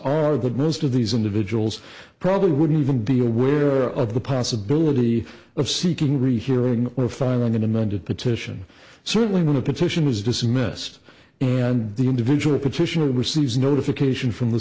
are that most of these individuals probably wouldn't even be aware of the possibility of seeking rehearing or file an amended petition certainly when the petition was dismissed the individual petition receives notification from the